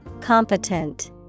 Competent